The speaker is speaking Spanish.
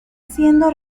siendo